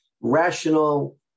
rational